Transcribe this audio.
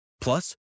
Plus